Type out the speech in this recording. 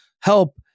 help